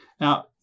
Now